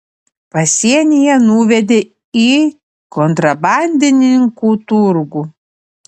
pasienyje nuvedė į kontrabandininkų turgų